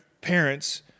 parents